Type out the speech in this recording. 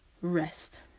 Rest